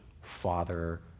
Father